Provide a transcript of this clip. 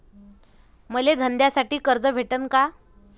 मले धंद्यासाठी कर्ज भेटन का?